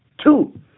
Two